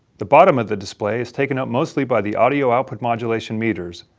the bottom of the display is taken up mostly by the audio output modulation meters.